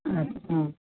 अच्छा